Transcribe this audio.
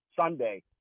Sunday